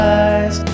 eyes